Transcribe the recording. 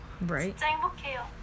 Right